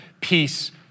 peace